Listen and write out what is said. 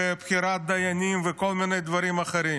בבחירת דיינים ובכל מיני דברים אחרים.